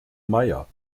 meier